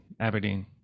Aberdeen